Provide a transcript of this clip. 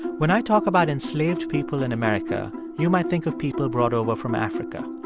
when i talk about enslaved people in america, you might think of people brought over from africa.